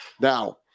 Now